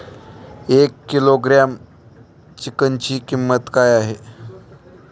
एक किलोग्रॅम चिकनची किंमत काय आहे?